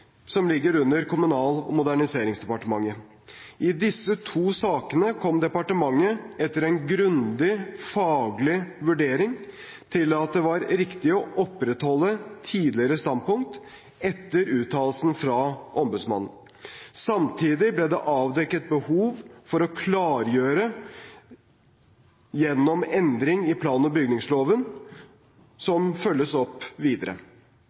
som ligger under Kommunal- og moderniseringsdepartementet. I disse to sakene kom departementet etter en grundig faglig vurdering til at det var riktig å opprettholde tidligere standpunkt etter uttalelsen fra ombudsmannen. Samtidig ble det avdekket behov for å klargjøre gjennom endring i plan- og bygningsloven, som følges opp videre.